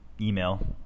email